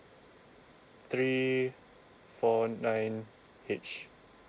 three four nine H